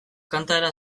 kantaera